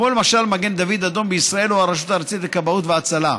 למשל מגן דוד אדום בישראל והרשות הארצית לכבאות והצלה.